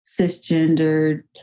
cisgendered